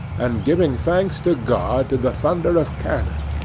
and giving thanks to god to the thunder of cannon